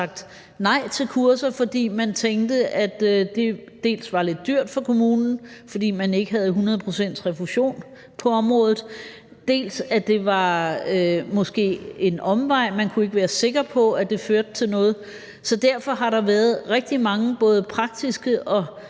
sagt nej til kurser, fordi man tænkte, at det dels var lidt dyrt for kommunen, fordi man ikke havde 100 pct. refusion på området, dels måske var en omvej, fordi man ikke kunne være sikker på, at det førte til noget. Derfor har der været rigtig mange både praktiske og